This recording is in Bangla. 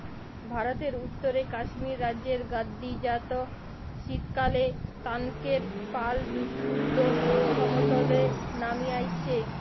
ভারতের উত্তরে কাশ্মীর রাজ্যের গাদ্দি জাত শীতকালএ তানকের পাল সুদ্ধ সমতল রে নামি আইসে